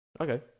Okay